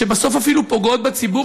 שבסוף אפילו פוגעות בציבור,